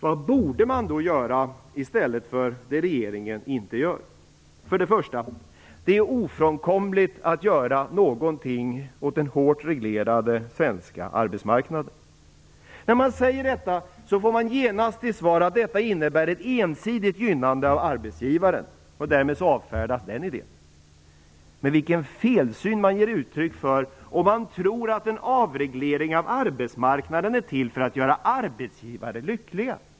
Vad borde då göras där regeringen inte gör något? För det första är det ofrånkomligt att göra något åt den hårt reglerade svenska arbetsmarknaden. När man säger detta får man genast till svar att det här innebär ett ensidigt gynnande av arbetsgivaren. Därmed avfärdas den idén. Men vilken felsyn ger man inte uttryck för om man tror att en avreglering av arbetsmarknaden är till för att göra arbetsgivare lyckliga!